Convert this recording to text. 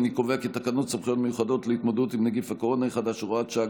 תקנות סמכויות מיוחדות להתמודדות עם נגיף הקורונה החדש (הוראת שעה)